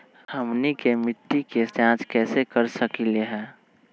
हमनी के मिट्टी के जाँच कैसे कर सकीले है?